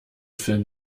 film